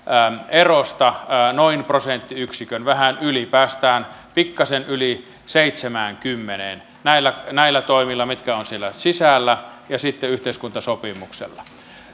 erosta noin prosenttiyksikön vähän yli päästään pikkasen yli seitsemäänkymmeneen näillä näillä toimilla mitkä ovat siellä sisällä ja sitten yhteiskuntasopimuksella